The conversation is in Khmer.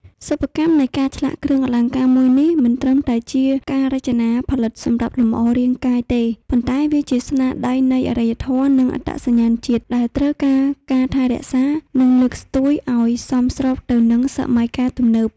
សិប្បកម្មនៃការឆ្លាក់គ្រឿងអលង្ការមួយនេះមិនត្រឹមតែជាការរចនាផលិតសម្រាប់លម្អរាងកាយទេ ប៉ុន្តែវាជាស្នាដៃនៃអរិយធម៌ និងអត្តសញ្ញាណជាតិដែលត្រូវការការថែរក្សា និងលើកស្ទួយឲ្យសមស្របទៅនឹងសម័យកាលទំនើប។